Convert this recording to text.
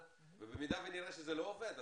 במידה ונראה שזה לא עובד,